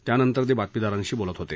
त्यानंतर ते बातमीदारांशी बोलत होते